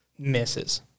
misses